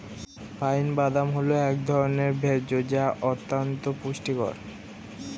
pine বাদাম হল এক ধরনের ভোজ্য যা অত্যন্ত পুষ্টিকর